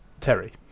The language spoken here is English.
Terry